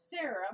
Sarah